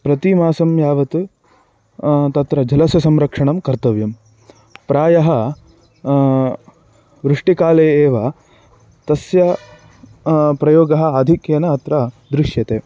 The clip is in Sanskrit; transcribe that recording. प्रति मासं यावत् तत्र जलस्य संरक्षणं कर्तव्यं प्रायः वृष्टिकाले एव तस्यप्रयोगः आधिक्येन अत्र दृश्यते